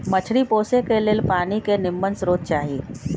मछरी पोशे के लेल पानी के निम्मन स्रोत चाही